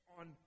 on